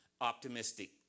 optimistic